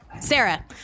Sarah